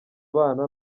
abana